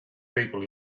people